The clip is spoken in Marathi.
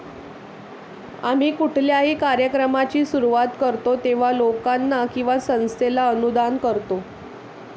आम्ही कुठल्याही कार्यक्रमाची सुरुवात करतो तेव्हा, लोकांना किंवा संस्थेला अनुदान करतो